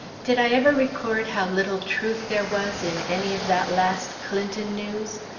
did i ever record how little truth there was in any of that last clinton news?